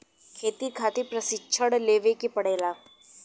खेती खातिर प्रशिक्षण लेवे के पड़ला